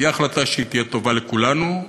היא החלטה שתהיה טובה לכולנו,